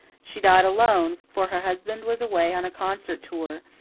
she died alone, for her husband was away on a concert tour,